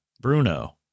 Bruno